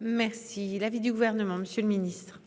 Merci. L'avis du gouvernement, monsieur le ministre.